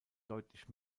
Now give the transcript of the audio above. deutlich